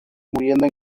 muriendo